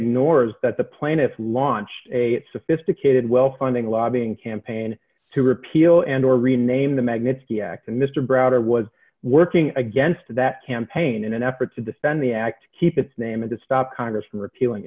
ignores that the plaintiffs launched a sophisticated well funding lobbying campaign to repeal and or rename the magnitsky act and mr browder was working against that campaign in an effort to defend the act keep its name and to stop congress from repealing